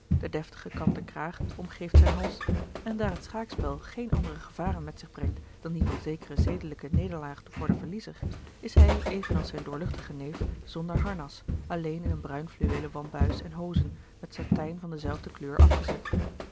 de deftige kanten kraag omgeeft zijn hals en daar het schaakspel geene andere gevaren met zich brengt dan die van zekere zedelijke nederlaag voor den verliezer is hij evenals zijn doorluchtige neef zonder harnas alleen in een bruin fluweelen wambuis en hozen met satijn van dezelfde kleur afgezet